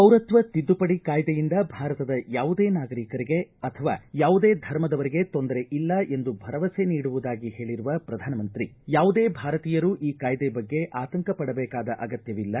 ಪೌರತ್ವ ತಿದ್ದುಪಡಿ ಕಾಯ್ದೆಯಿಂದ ಭಾರತದ ಯಾವುದೇ ನಾಗರಿಕರಿಗೆ ಅಥವಾ ಯಾವುದೇ ಧರ್ಮದವರಿಗೆ ತೊಂದರೆ ಇಲ್ಲ ಎಂದು ಭರವಸೆ ನೀಡುವುದಾಗಿ ಹೇಳಿರುವ ಪ್ರಧಾನಮಂತ್ರಿ ಯಾವುದೇ ಭಾರತೀಯರೂ ಈ ಕಾಯ್ದೆ ಬಗ್ಗೆ ಆತಂಕಪಡಬೇಕಾದ ಅಗತ್ಯವಿಲ್ಲ